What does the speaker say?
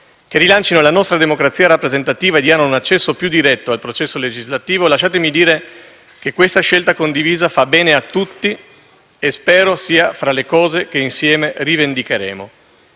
che rilancino la nostra democrazia rappresentativa e diano un accesso più diretto al processo legislativo, lasciatemi dire che questa scelta condivisa fa bene a tutti e spero sia tra le cose che insieme rivendicheremo,